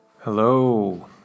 Hello